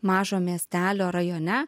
mažo miestelio rajone